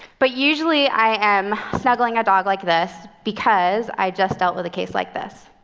but usually i am snuggling a dog like this because i just dealt with a case like this.